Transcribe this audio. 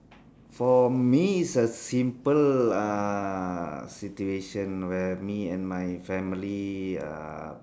for me it's a simple uh situation where me and my family uh